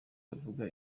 bavuga